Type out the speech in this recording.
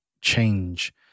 change